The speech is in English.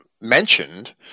mentioned